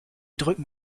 drücken